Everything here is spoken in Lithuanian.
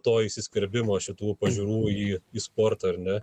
to įsiskverbimo šitų pažiūrų į į sportą ar ne